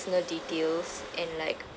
details and like